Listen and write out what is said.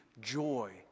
joy